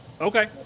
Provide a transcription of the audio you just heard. Okay